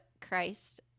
Christ